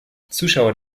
zuschauer